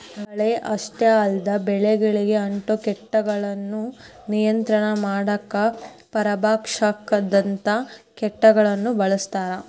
ಕಳೆ ಅಷ್ಟ ಅಲ್ಲದ ಬೆಳಿಗಳಿಗೆ ಅಂಟೊ ಕೇಟಗಳನ್ನ ನಿಯಂತ್ರಣ ಮಾಡಾಕ ಪರಭಕ್ಷಕದಂತ ಕೇಟಗಳನ್ನ ಬಳಸ್ತಾರ